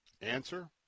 Answer